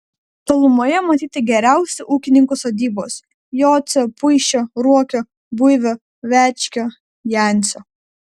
tolumoje matyti geriausių ūkininkų sodybos jocio puišio ruokio buivio večkio jancio